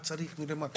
מה צריך.